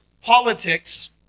politics